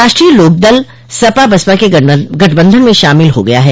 राष्ट्रीय लोकदल सपा बसपा के गठबंधन में शामिल हो गया है